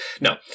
No